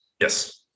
Yes